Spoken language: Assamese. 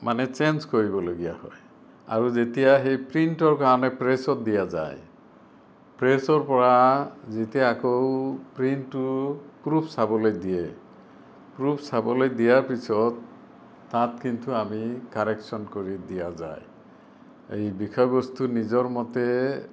মানে ছেঞ্জ কৰিবলগীয়া হয় আৰু যেতিয়া সেই প্ৰিণ্টৰ কাৰণে প্ৰেছত দিয়া যায় প্ৰেছৰ পৰা যেতিয়া আকৌ প্ৰিণ্টটো প্ৰুফ চাবলৈ দিয়ে প্ৰুফ চাবলৈ দিয়াৰ পিছত তাত কিন্তু আমি কাৰেক্টশ্যন কৰি দিয়া যায় এই বিষয়বস্তু নিজৰ মতে